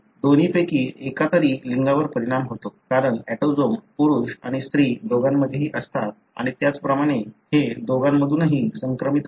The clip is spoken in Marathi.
दोन्ही पैकी एका तरी लिंगावर परिणाम होतो कारण ऑटोसोम पुरुष आणि स्त्री दोघांमध्येही असतात आणि त्याचप्रमाणे हे दोघांमधूनही संक्रमित होतात